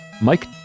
Mike